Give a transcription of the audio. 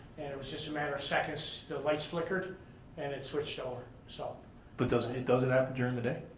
and it was just a matter of seconds. the lights flickered and it switched over. so but does and it does it happen during the day?